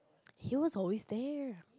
he was always there